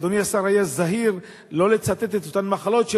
אדוני השר היה זהיר שלא לצטט מהן אותן מחלות,